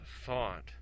thought